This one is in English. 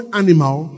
animal